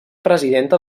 presidenta